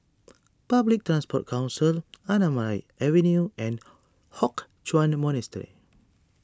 Public Transport Council Anamalai Avenue and Hock Chuan Monastery